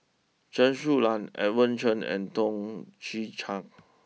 Chen Su Lan Edmund Chen and Toh Chin Chye